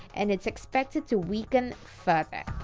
and it's expected to weaken further.